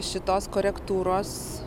šitos korektūros